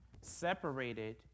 separated